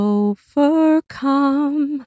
overcome